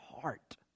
heart